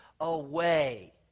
away